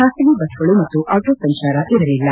ಬಾಸಗಿ ಬಸ್ಗಳು ಮತ್ತು ಆಟೋ ಸಂಚಾರ ಇರಲಿಲ್ಲ